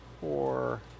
four